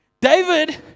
David